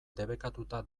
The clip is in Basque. debekatuta